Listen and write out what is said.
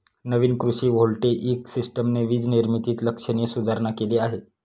नवीन कृषी व्होल्टेइक सिस्टमने वीज निर्मितीत लक्षणीय सुधारणा केली आहे